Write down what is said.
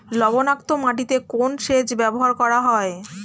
লবণাক্ত মাটিতে কোন সেচ ব্যবহার করা হয়?